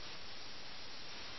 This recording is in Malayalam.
'ലഖ്നൌ ഇന്ദ്രിയഭംഗിയിൽ മുങ്ങിപ്പോയി